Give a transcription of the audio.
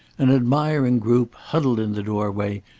an admiring group, huddled in the doorway,